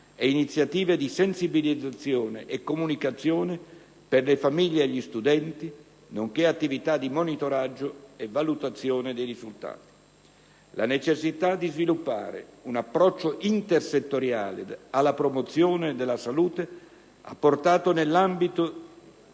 e iniziative di sensibilizzazione e comunicazione per le famiglie e gli studenti, nonché attività di monitoraggio e valutazione dei risultati. La necessità di sviluppare un approccio intersettoriale alla promozione della salute ha portato, nell'ambito